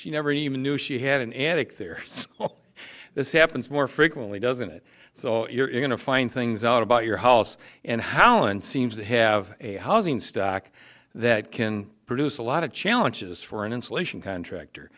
she never even knew she had an attic there so all this happens more frequently doesn't it so you're going to find things out about your house and how and seems to have a housing stock that can produce a lot of challenges for an insulation contractor